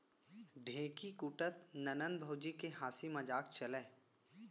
ढेंकी कूटत ननंद भउजी के हांसी मजाक चलय